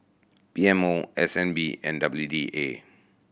P M O S N B and W D A